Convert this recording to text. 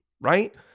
Right